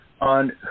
on